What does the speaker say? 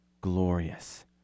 glorious